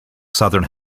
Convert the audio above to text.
southern